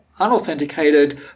unauthenticated